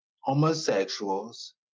homosexuals